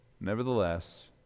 Nevertheless